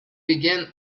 began